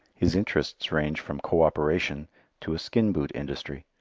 his interests range from cooperation to a skin-boot industry.